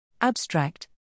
Abstract